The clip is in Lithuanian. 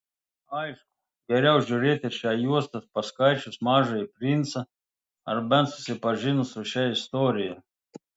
aišku geriau žiūrėti šią juostą paskaičius mažąjį princą ar bent susipažinus su šia istorija